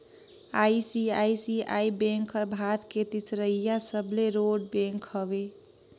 ICICI bank हर भारत के तीसरईया सबले रोट बेंक हवे